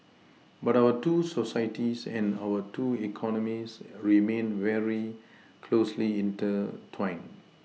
but our two societies and our two economies remained very closely intertwined